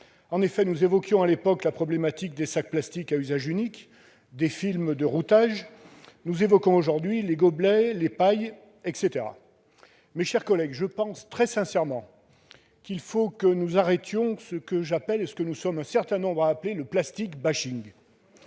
En effet, nous évoquions à l'époque la problématique des sacs plastiques à usage unique et des films de routage. Nous évoquons aujourd'hui les gobelets, les pailles, etc. Mes chers collègues, je pense très sincèrement que nous devrions arrêter ce que nous pourrions appeler le « plastique ».